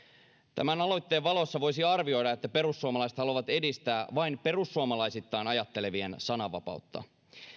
tämän aloitteen valossa voisi arvioida että perussuomalaiset haluavat edistää vain perussuomalaisittain ajattelevien sananvapautta